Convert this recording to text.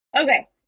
Okay